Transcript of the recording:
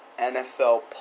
NFL